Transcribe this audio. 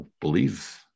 believe